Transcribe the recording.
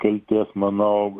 kaltės manau